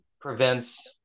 prevents